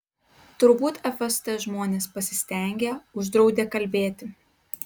turbūt fst žmonės pasistengė uždraudė kalbėti